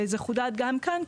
וזה חודד גם כאן,